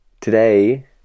today